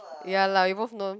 ya lah we both know